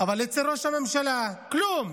אבל אצל ראש הממשלה כלום.